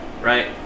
right